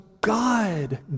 God